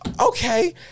Okay